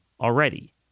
already